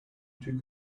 two